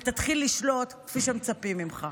ותתחיל לשלוט כפי שמצפים ממך.